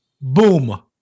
Boom